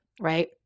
right